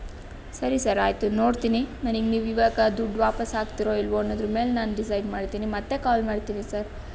ಸರಿ ಸರ್ ಆಯಿತು ನೋಡ್ತೀನಿ ನನಗೆ ನೀವಿವಾಗ ದುಡ್ಡು ವಾಪಸ್ ಹಾಕ್ತೀರೋ ಇಲ್ಲವೋ ಅನ್ನೋದ್ರ್ಮೇಲೆ ನಾನು ಡಿಸೈಡ್ ಮಾಡ್ತೀನಿ ಮತ್ತೆ ಕಾಲ್ ಮಾಡ್ತೀನಿ ಸರ್